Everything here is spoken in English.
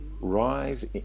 rise